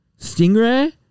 Stingray